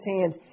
hands